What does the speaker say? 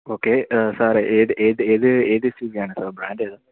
okay sir ഏത് ഏത് ഏത് എസ് യൂ വിയാണ് സാർ ബ്രാൻഡേതാണ്